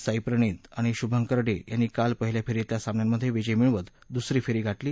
साई प्रणीत आणि शुभंकर डे यांनी काल पहिल्या फेरीतल्या सामन्यांमधे विजय मिळवत दुसरी फेरी गाठली